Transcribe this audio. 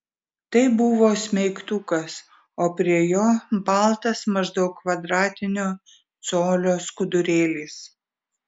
tai buvo smeigtukas o prie jo baltas maždaug kvadratinio colio skudurėlis